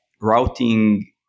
routing